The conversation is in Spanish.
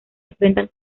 enfrentan